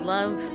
Love